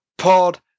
Pod